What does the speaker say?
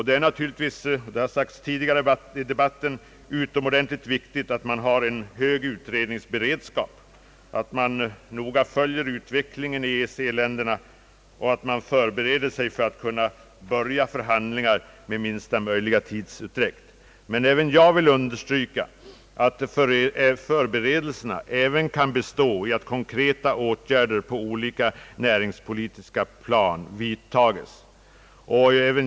Det har sagts tidigare i debatten, att det är utomordentligt viktigt med en hög utredningsberedskap, att man noga följer utvecklingen i EEC-länderna och att man förbereder sig för att kunna börja förhandlingar med minsta möjliga tidsutdräkt. Även jag vill emellertid understryka att förberedelserna också bör bestå i konkreta åtgärder på olika näringspolitiska plan.